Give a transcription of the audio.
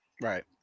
Right